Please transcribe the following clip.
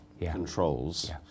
controls